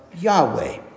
Yahweh